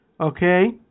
Okay